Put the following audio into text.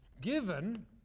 given